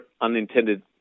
unintended